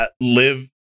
live